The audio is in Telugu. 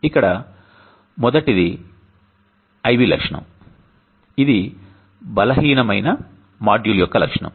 ఇక్కడ మొదటిది I V లక్షణం ఇది బలహీనమైన మాడ్యూల్ యొక్క లక్షణం